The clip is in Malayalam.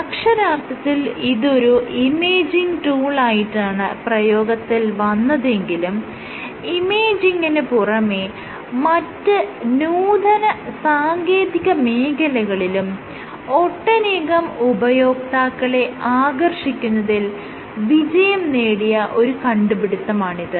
അക്ഷരാർത്ഥത്തിൽ ഇതൊരു ഇമേജിങ് ടൂളായിട്ടാണ് പ്രയോഗത്തിൽ വന്നതെങ്കിലും ഇമേജിങിന് പുറമെ മറ്റ് നൂതന സാങ്കേതിക മേഖലകളിലും ഒട്ടനേകം ഉപയോക്താക്കളെ ആകർഷിക്കുന്നതിൽ വിജയം നേടിയ ഒരു കണ്ടുപിടുത്തമാണിത്